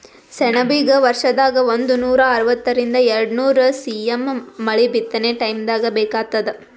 ಸೆಣಬಿಗ ವರ್ಷದಾಗ್ ಒಂದನೂರಾ ಅರವತ್ತರಿಂದ್ ಎರಡ್ನೂರ್ ಸಿ.ಎಮ್ ಮಳಿ ಬಿತ್ತನೆ ಟೈಮ್ದಾಗ್ ಬೇಕಾತ್ತದ